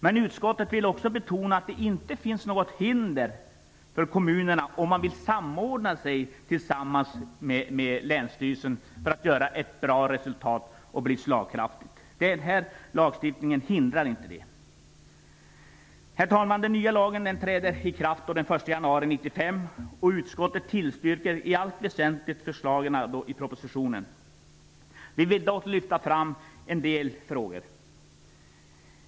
Men utskottet vill också betona att det inte finns något hinder för kommunerna att samordna sig med länsstyrelsen för att fungera slagkraftigt och åstadkomma ett bra resultat. Denna lagstiftning hindrar inte den möjligheten. Herr talman! Den nya lagen träder i kraft den 1 januari 1995. Utskottet tillstyrker i allt väsentligt förslagen i propositionen. Vi vill dock lyfta fram en del frågor.